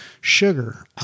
sugar